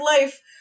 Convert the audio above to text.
life